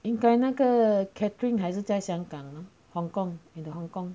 应该那个 catherine 还是在香港 hong kong the hong kong